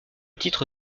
titre